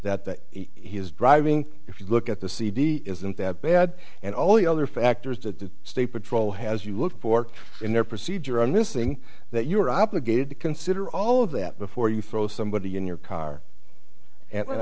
that that he is driving if you look at the cd isn't that bad and all the other factors that the state patrol has you look at pork in their procedure on this thing that you are obligated to consider all of that before you throw somebody in your car and a